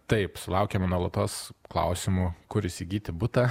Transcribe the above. taip sulaukiame nuolatos klausimų kur įsigyti butą